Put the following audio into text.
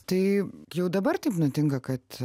tai jau dabar taip nutinka kad